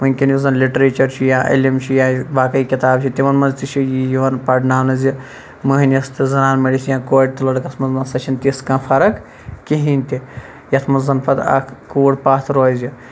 وٕنکٮ۪ن یُس زَن لِٹریچَر چھُ یا علم چھُ یا باقی کِتاب چھِ تِمَن مَنٛزتہِ چھُ یی یِوان پَرناونہٕ زِ مٔہنِس تہٕ زَنان مٔڑِس یا کورِ تہٕ لڑکَس مہ سا چھَنہٕ تِژھ کانٛہہ فَرَق کِہِنۍ تہِ یَتھ مَنٛز زَن پَتہٕ اکھ کوٗر پَتھ روزِ